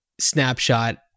snapshot